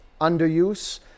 underuse